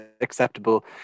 acceptable